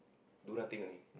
do nothing only